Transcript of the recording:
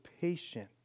patient